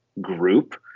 group